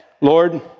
Lord